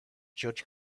judge